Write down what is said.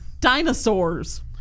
Dinosaurs